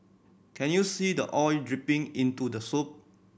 can you see the oil dripping into the soup